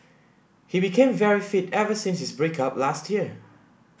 he became very fit ever since his break up last year